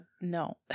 no